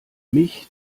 mich